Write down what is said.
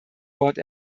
wort